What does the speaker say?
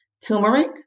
turmeric